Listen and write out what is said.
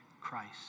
Christ